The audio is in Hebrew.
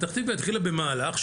פתח תקווה התחילה במהלך,